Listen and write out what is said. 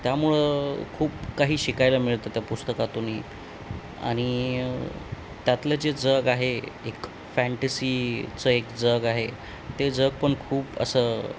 त्यामुळं खूप काही शिकायला मिळतं त्या पुस्तकातूनही आणि त्यातलं जे जग आहे एक फॅँटसीचं एक जग आहे ते जग पण खूप असं